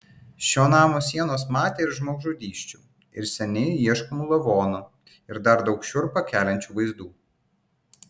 šio namo sienos matė ir žmogžudysčių ir seniai ieškomų lavonų ir dar daug šiurpą keliančių vaizdų